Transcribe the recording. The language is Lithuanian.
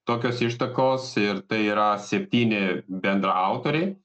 tokios ištakos ir tai yra septyni bendraautoriai